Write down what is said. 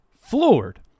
floored